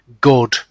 good